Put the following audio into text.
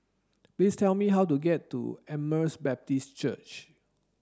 please tell me how to get to Emmaus Baptist Church